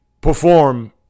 perform